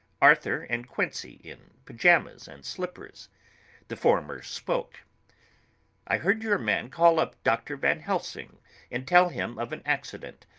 arthur and quincey in pajamas and slippers the former spoke i heard your man call up dr. van helsing and tell him of an accident.